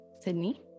sydney